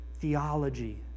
theology